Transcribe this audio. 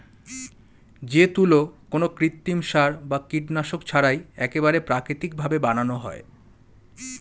যে তুলো কোনো কৃত্রিম সার বা কীটনাশক ছাড়াই একেবারে প্রাকৃতিক ভাবে বানানো হয়